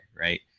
Right